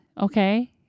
Okay